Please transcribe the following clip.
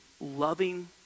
loving